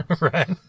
Right